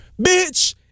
Bitch